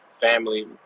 family